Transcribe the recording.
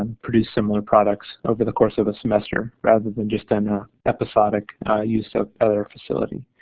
um produced similar products over the course of a semester rather than just an episodic use of other facility.